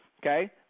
okay